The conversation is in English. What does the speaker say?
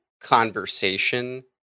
conversation